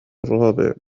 الرابع